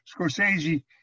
Scorsese